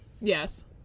Yes